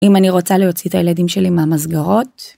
אם אני רוצה להוציא את הילדים שלי מהמסגרות.